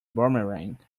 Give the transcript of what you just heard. boomerang